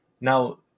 Now